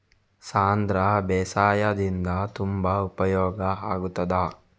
ಸಾಂಧ್ರ ಬೇಸಾಯದಿಂದ ತುಂಬಾ ಉಪಯೋಗ ಆಗುತ್ತದಾ?